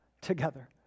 together